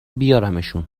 بیارمشون